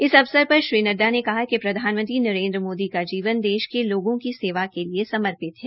इस अवसर पर श्री नड्डा ने कहा कि प्रधानमंत्री नरेन्द्र मोदी का जीवन देश के लोगों की सेवा के लिए समर्पित है